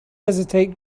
hesitate